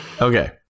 Okay